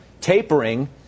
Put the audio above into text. tapering